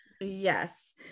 Yes